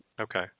Okay